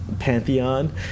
Pantheon